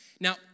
Now